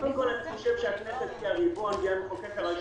- אני חושב שהכנסת כריבון, היא המחוקק הראשי